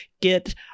get